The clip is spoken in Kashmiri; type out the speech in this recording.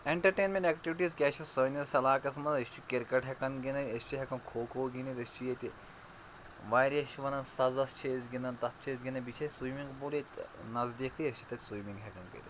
اٮ۪نٹَرٹینمٮ۪نٛٹ اٮ۪کٹِوٹیٖز کیٛاہ چھِ سٲنِس علاقَس منٛز أسۍ چھِ کِرکَٹ ہٮ۪کان گِنٛدِتھ أسۍ چھِ ہٮ۪کان کھو کھو گِنٛدِتھ أسۍ چھِ ییٚتہِ واریاہ چھِ وَنان سَزَس چھِ أسۍ گِنٛدان تَتھ چھِ أسۍ گِنٛدان بیٚیہِ چھِ اَسہِ سُومِنٛگ پوٗل ییٚتہِ نزدیٖکھٕے أسۍ چھِ تَتہِ سوٗمِنٛگ ہٮ۪کان کٔرِتھ